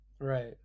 right